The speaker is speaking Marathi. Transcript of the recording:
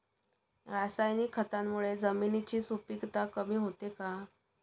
रासायनिक खतांमुळे जमिनीची सुपिकता कमी होते का?